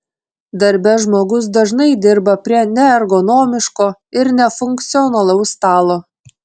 darbe žmogus dažnai dirba prie neergonomiško ir nefunkcionalaus stalo